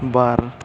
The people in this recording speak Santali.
ᱵᱟᱨ